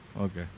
Okay